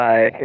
Bye